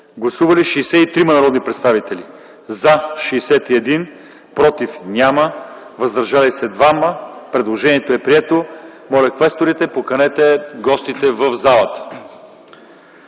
Гласували 63 народни представители: за 61, против няма, въздържали се 2. Предложението е прието. Моля, квесторите, поканете гостите в залата.